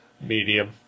medium